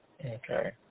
Okay